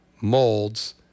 molds